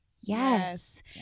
Yes